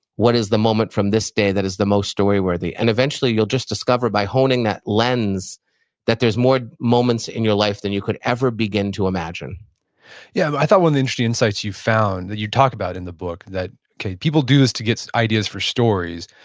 what is the moment from this day that is the most story-worthy? and eventually, you'll just discover by honing that lens that there's more moments in your life than you could ever begin to imagine yeah. i thought one of the interesting insights you found that you talk about in the book, that people do this to get ideas for stories.